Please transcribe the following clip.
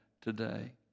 today